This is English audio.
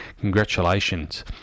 congratulations